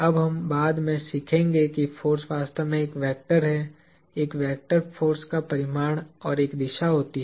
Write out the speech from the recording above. अब हम बाद में सीखेंगे कि फोर्स वास्तव में एक वेक्टर है एक वेक्टर फोर्स का परिमाण और एक दिशा होती है